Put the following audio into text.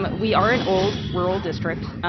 but we are an old rural district.